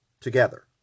together